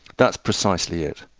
that's precisely it.